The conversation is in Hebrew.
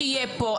שיהיה פה.